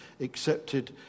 accepted